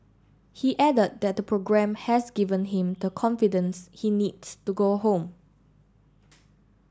he added that the programme has given him the confidence he needs to go home